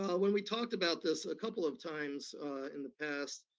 when we talked about this a couple of times in the past,